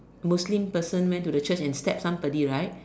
Muslim person went to the Church and stab somebody right